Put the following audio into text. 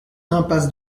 impasse